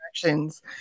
directions